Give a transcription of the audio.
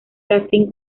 casting